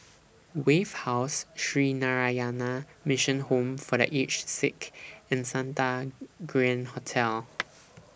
Wave House Sree Narayana Mission Home For The Aged Sick and Santa Grand Hotel